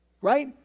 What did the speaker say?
Right